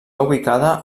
ubicada